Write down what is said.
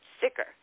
sicker